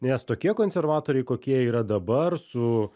nes tokie konservatoriai kokie yra dabar su